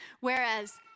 whereas